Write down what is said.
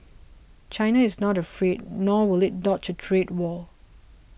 China is not afraid nor will it dodge a trade war